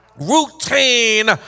routine